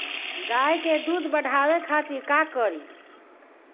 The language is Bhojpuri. गाय के दूध बढ़ावे खातिर का करी?